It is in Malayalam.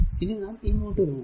ഇനി നാം ഇങ്ങോട്ടു പോകുന്നു